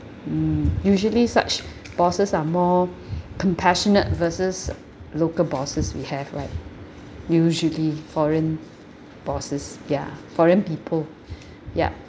mm usually such bosses are more compassionate versus local bosses we have right usually foreign bosses ya foreign people ya